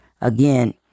Again